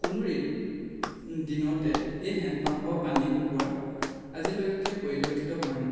কোনো দিনতে এই হেণ্ডপাম্পৰ পানী শুকোৱা আজিলৈকে পৰিলক্ষিত হোৱা নাই